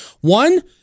One